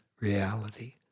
reality